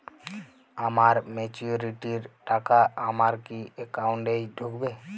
আমার ম্যাচুরিটির টাকা আমার কি অ্যাকাউন্ট এই ঢুকবে?